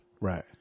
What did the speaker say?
Right